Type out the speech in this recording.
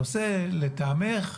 הנושא לטעמך,